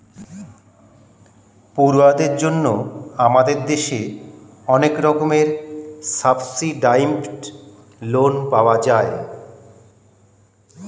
পড়ুয়াদের জন্য আমাদের দেশে অনেক রকমের সাবসিডাইস্ড্ লোন পাওয়া যায়